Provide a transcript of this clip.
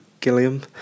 Gilliam